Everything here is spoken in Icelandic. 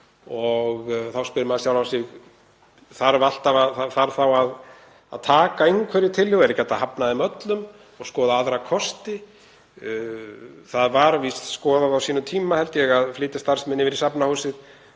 og þá spyr maður sjálfan sig: Þarf þá að taka einhverri tillögu? Er ekki hægt að hafna þeim öllum og skoða aðra kosti? Það var víst skoðað á sínum tíma, held ég, að flytja starfsemina yfir í Safnahúsið